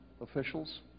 officials